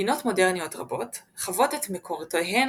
מדינות מודרניות רבות חבות את מקורותיהן